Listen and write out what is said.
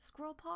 Squirrelpaw